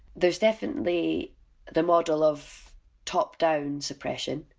there's definitely the model of top down suppression,